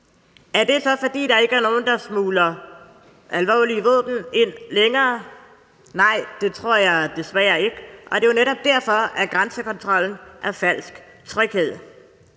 Er det så, fordi der ikke er nogen, der smugler farlige våben ind længere? Nej, det tror jeg desværre ikke, og det er netop derfor, at grænsekontrollen er falsk tryghed.